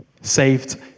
saved